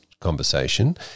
conversation